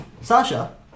Sasha